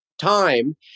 time